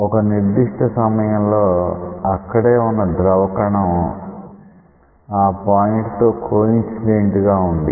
ఒక నిర్దిష్ట సమయంలో అక్కడే ఉన్న ద్రవ కణం ఆ పాయింట్ తో కో ఇన్సిడెంట్ గా ఉంది